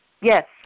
Yes